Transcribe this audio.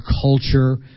culture